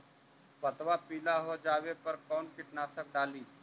पतबा पिला हो जाबे पर कौन कीटनाशक डाली?